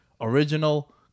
original